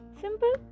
Simple